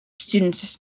students